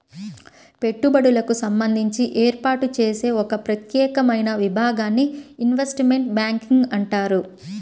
పెట్టుబడులకు సంబంధించి ఏర్పాటు చేసే ఒక ప్రత్యేకమైన విభాగాన్ని ఇన్వెస్ట్మెంట్ బ్యాంకింగ్ అంటారు